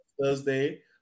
Thursday